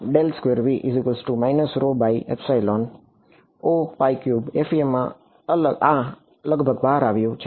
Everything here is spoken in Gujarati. FEM માં આ લગભગ બહાર આવ્યું છે